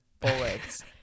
bullets